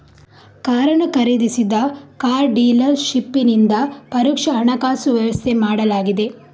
ಕಾರನ್ನು ಖರೀದಿಸಿದ car dealer ಶಿಪ್ಪಿನಿಂದ ಪರೋಕ್ಷ ಹಣಕಾಸು ವ್ಯವಸ್ಥೆ ಮಾಡಲಾಗಿದೆ